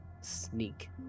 sneak